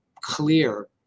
clear